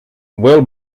will